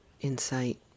insight